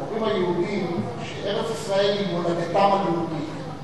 אני אמרתי לך, אפילו היוזמה הערבית לא אומרת